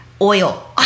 oil